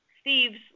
Steve's